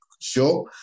sure